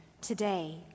today